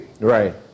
Right